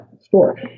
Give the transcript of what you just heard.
store